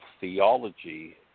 theology